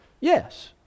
Yes